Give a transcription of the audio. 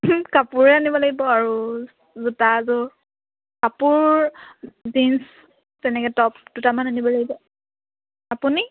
কাপোৰে আনিব লাগিব আৰু জোতা এযোৰ কাপোৰ জিন্স তেনেকৈ টপ দুটামান আনিব লাগিব আপুনি